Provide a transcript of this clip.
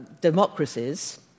democracies